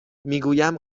میگویم